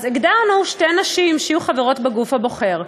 אז הגדרנו שתי נשים שיהיו חברות בגוף הבוחר.